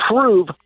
prove